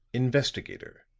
investigator,